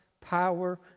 power